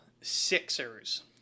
Sixers